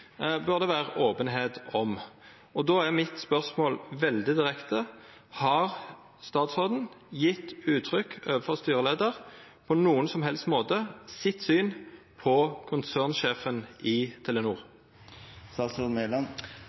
bør det vera openheit om. Då er mitt spørsmål veldig direkte: Har statsråden på nokon som helst måte gjeve uttrykk overfor styreleiaren for sitt syn på konsernsjefen i Telenor?